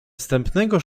wstępnego